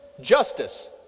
justice